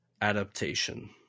adaptation